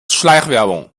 schleichwerbung